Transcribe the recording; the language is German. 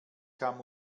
kam